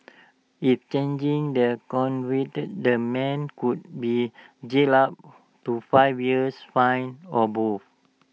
if changing the convicted the man could be jailed up to five years fined or both